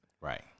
Right